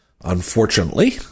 Unfortunately